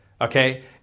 Okay